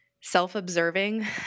self-observing